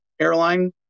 airline